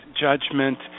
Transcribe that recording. judgment